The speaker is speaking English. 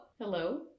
hello